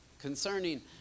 concerning